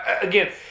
Again